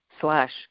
slash